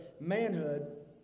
manhood